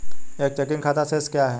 एक चेकिंग खाता शेष क्या है?